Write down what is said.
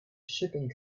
shipping